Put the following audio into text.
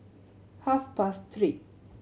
half past three